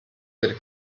del